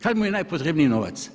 Kada mu je najpotrebniji novac?